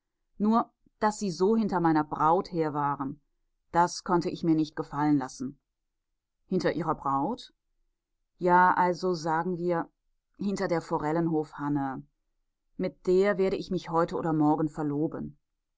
nur daß sie so hinter meiner braut her waren das konnte ich mir nicht gefallen lassen hinter ihrer braut ja also sagen wir hinter der forellenhof hanne mit der werde ich mich heute oder morgen verloben